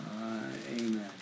Amen